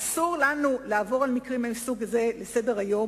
אסור לנו לעבור על מקרים מסוג זה לסדר-היום,